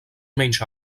menys